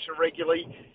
regularly